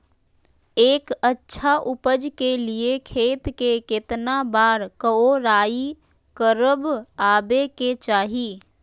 एक अच्छा उपज के लिए खेत के केतना बार कओराई करबआबे के चाहि?